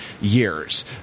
years